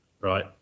right